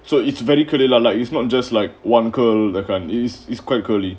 so it's very curly lah like it's not just like one curl that type is is quite curly